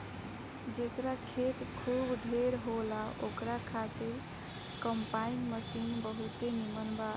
जेकरा खेत खूब ढेर होला ओकरा खातिर कम्पाईन मशीन बहुते नीमन बा